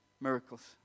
Miracles